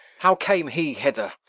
how came he hither?